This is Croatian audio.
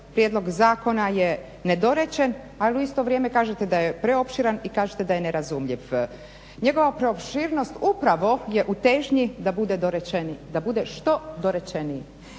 prijedlog zakona je nedorečen a u isto vrijeme kažete da je preopširan i kažete da je nerazumljiv. Njegova preopširnost upravo je u težnji da bude što dorečeniji.